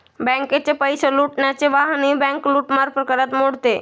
बँकेचे पैसे लुटण्याचे वाहनही बँक लूटमार प्रकारात मोडते